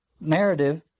narrative